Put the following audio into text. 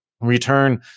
return